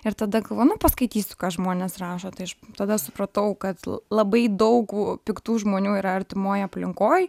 ir tada galvoju nu paskaitysiu ką žmonės rašo tai aš tada supratau kad l labai daug piktų žmonių yra artimoj aplinkoj